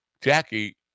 Jackie